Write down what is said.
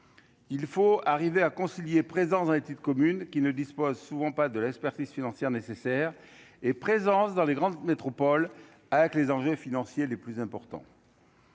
il faut arriver à concilier présence dans les petites communes qui ne disposent souvent pas de l'expertise financière nécessaire et présence dans les grandes métropoles, avec les enjeux financiers les plus importants.